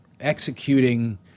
executing